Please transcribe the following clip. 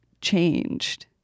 changed